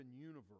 universe